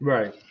Right